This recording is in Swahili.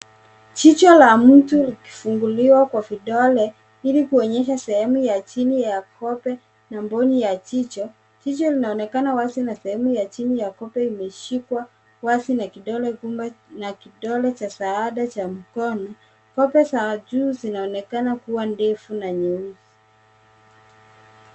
Jicho la mtu likifunguliwa kwa vidole ili kuonyesha sehemu ya chini ya kope na mbooni ya jicho .Jicho linaonekana wazi na sehemu ya chini ya kope imeshikwa wazi na kidole gumba na kidole cha stahada cha mkono. Kope za juu zinaonekana kuwa ndefu na nyeusi.